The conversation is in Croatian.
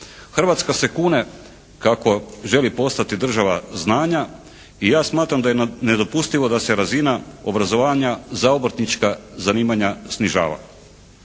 Hrvatska se kune kako želi postati država znanja i ja smatram da je nedopustivo da se razina obrazovanja za obrtnička zanimanja snižava.